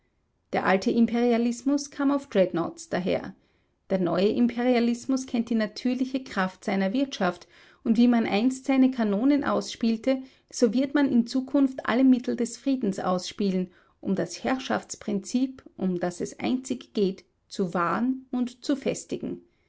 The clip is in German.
der alte imperialismus kam auf dreadnoughts daher der neue imperialismus kennt die natürliche kraft seiner wirtschaft und wie man einst seine kanonen ausspielte so wird man in zukunft alle mittel des friedens ausspielen um das herrschaftsprinzip um das es einzig geht zu wahren und zu festigen